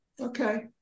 Okay